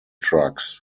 trucks